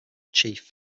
chief